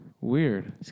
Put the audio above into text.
Weird